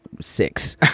six